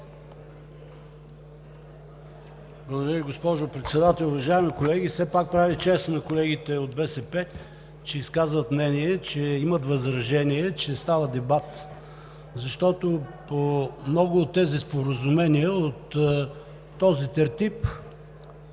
Благодаря Ви, госпожо Председател. Уважаеми колеги, все пак прави чест на колегите от БСП, че изказват мнение, че имат възражение, че става дебат, защото много от тези споразумения от този тертип